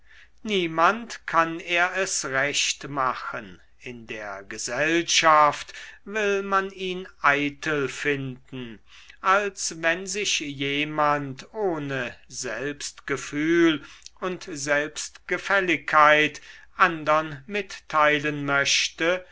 niemand kann er es recht machen in der gesellschaft will man ihn eitel finden als wenn sich jemand ohne selbstgefühl und selbstgefälligkeit andern mitteilen möchte